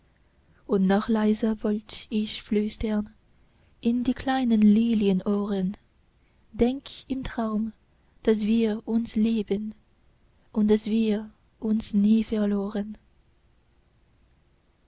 und noch leiser wollt ich flüstern in die kleinen lilienohren denk im traum daß wir uns lieben und daß wir uns nie verloren